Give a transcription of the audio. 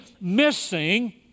missing